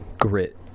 Grit